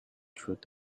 through